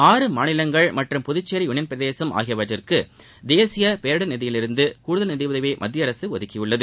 ஆறு மாநிலங்கள் மற்றும் புதுச்சேரி யூனியள் பிரதேசம் ஆகியவற்றிற்கு தேசிய பேரிடர் நிதியிலிருந்து கூடுதல் நிதியுதவியை மத்தியஅரசு ஒதுக்கியுள்ளது